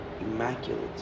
immaculate